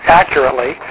accurately